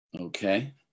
okay